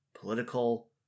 political